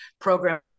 program